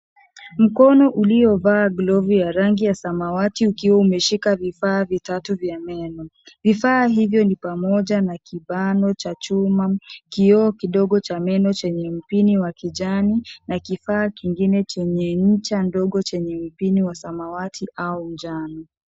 Mkono ulio vaa glovu ya rangi ya samawati ukiwa umeshika vifaa vitatu vya meno. Vifaa hivyo ni pamoja na kibano cha chuma, kio kidogo cha meno chenye mpini wa kijani na kifaa kingine chenye ncha ndogo chenye mpini wa samawati au njano.